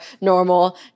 normal